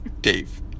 Dave